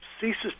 ceases